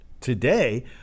today